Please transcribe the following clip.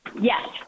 Yes